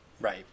Right